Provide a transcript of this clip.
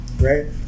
right